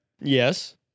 Yes